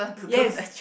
yes